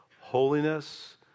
holiness